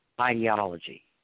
ideology